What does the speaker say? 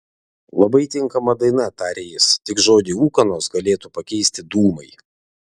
labai tinkama daina tarė jis tik žodį ūkanos galėtų pakeisti dūmai